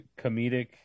comedic